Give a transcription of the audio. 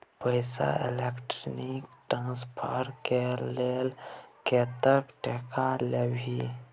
पैसा electronic transfer करय लेल कतेक टका लेबही